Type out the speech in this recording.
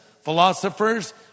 philosophers